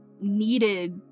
needed